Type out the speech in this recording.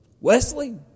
Wesley